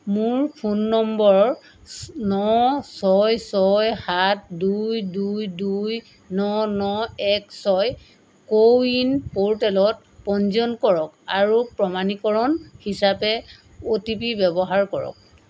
মোৰ ফোন নম্বৰ ন ছয় ছয় সাত দুই দুই দুই ন ন এক ছয় কো ৱিন প'ৰ্টেলত পঞ্জীয়ন কৰক আৰু প্ৰমাণীকৰণ হিচাপে অ' টি পি ব্যৱহাৰ কৰক